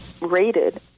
rated